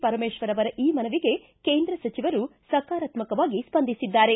ಪರಮೇಶ್ವರ ಅವರ ಈ ಮನವಿಗೆ ಕೇಂದ್ರ ಸಚವರು ಸಕಾರಾತ್ಸಕವಾಗಿ ಸ್ವಂದಿಸಿದ್ದಾರೆ